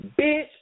Bitch